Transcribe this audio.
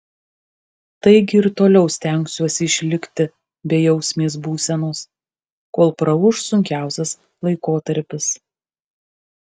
taigi ir toliau stengsiuosi išlikti bejausmės būsenos kol praūš sunkiausias laikotarpis